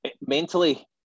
Mentally